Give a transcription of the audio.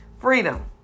freedom